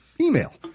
email